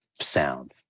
sound